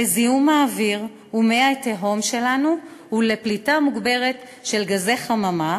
לזיהום האוויר ומי התהום שלנו ולפליטה מוגברת של גזי חממה,